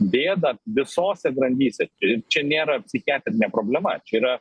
bėdą visose grandyse ir čia nėra psichiatrinė problema čia yra